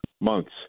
months